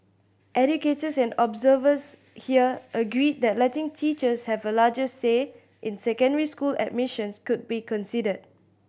educators and observers here agreed that letting teachers have a larger say in secondary school admissions could be considered